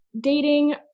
dating